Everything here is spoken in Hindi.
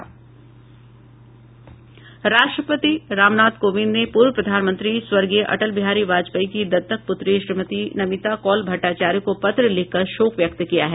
राष्ट्रपति रामनाथ कोविंद ने पूर्व प्रधानमंत्री स्वर्गीय अटल बिहारी वाजपेयी की दत्तक पुत्री श्रीमती नमिता कौल भट्टाचार्य को पत्र लिखकर शोक व्यक्त किया है